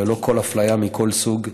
ללא אפליה מכל סוג שהוא.